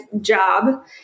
job